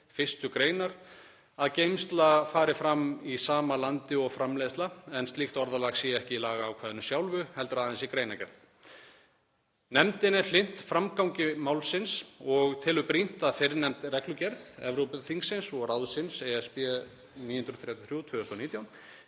1. gr. að geymsla fari fram í sama landi og framleiðsla en slíkt orðalag sé ekki í lagaákvæðinu sjálfu heldur aðeins í greinargerð. Nefndin er hlynnt framgangi málsins og telur brýnt að fyrrnefnd reglugerð Evrópuþingsins og ráðsins (ESB) 2019/933